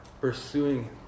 pursuing